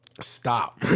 Stop